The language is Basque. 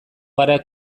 gara